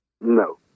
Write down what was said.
No